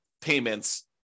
payments